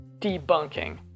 debunking